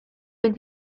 wenn